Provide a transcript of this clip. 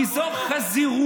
כי זו חזירות.